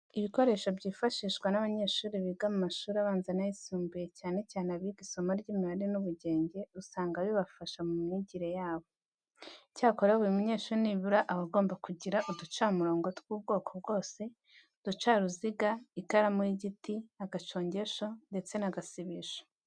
Ibikoresho byifashishwa n'abanyeshuri biga mu mashuri abanza n'ayisumbuye cyane cyane abiga isomo ry'imibare n'ubugenge, usanga bibafasha mu myigire yabo. Icyakora buri munyeshuri nibura aba agomba kugira uducamurongo tw'ubwoko bwose, uducaruziga, ikaramu y'igiti, agacongesho ndetse n'agasibisho.